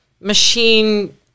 machine